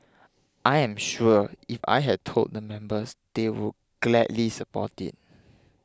I am sure if I had told the members they would gladly support it